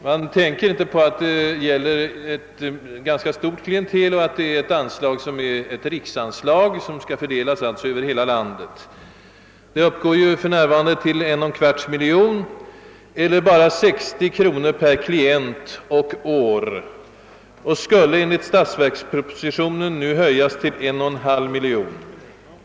Man tänker inte på att det gäller ett ganska stort klientel och att anslaget är ettriksanslag som skall fördelas över hela landet. Det uppgår för närvarande till 12530 000 kronor eller bara 60 kronor per klient och år och skulle enligt statsverkspropositionen nu höjas till 1500 600 kronor.